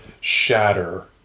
shatter